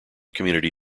community